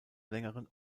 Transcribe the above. längeren